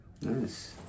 Nice